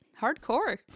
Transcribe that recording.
hardcore